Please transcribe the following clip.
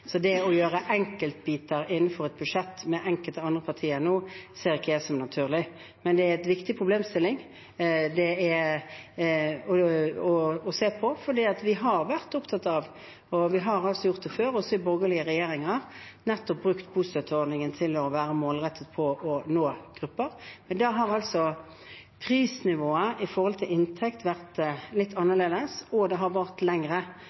så det å ta enkeltbiter innenfor et budsjett med andre partier nå, ser jeg ikke som naturlig. Men det er en viktig problemstilling å se på, for vi har vært opptatt av det, og vi har gjort det før, også borgerlige regjeringer: nettopp brukt bostøtteordningen målrettet til å nå grupper. Men da har prisnivået i forhold til inntekt vært litt annerledes, og de høye prisene har vart